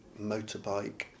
motorbike